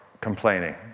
complaining